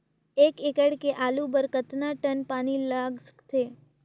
एक एकड़ के आलू बर कतका टन पानी लाग सकथे?